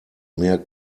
mehr